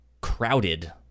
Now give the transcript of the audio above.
crowded